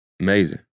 Amazing